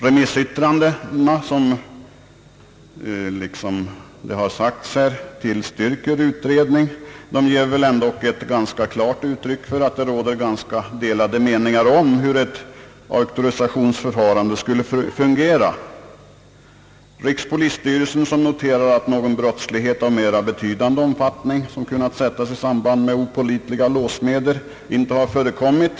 Remissyttrandena, vilka som det sagts här tillstyrker utredning, ger dock ett ganska klart uttryck för att det råder rätt delade meningar om hur ett auktorisationsförfarande skulle fungera. Rikspolisstyrelsen noterar att någon brottslighet av mera betydande omfattning, som skulle kunna sättas i samband med opålitliga låssmeder, inte har förekommit.